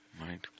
Right